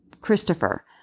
Christopher